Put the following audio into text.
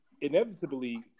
inevitably